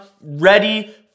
ready